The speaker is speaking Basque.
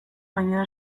baina